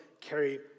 carry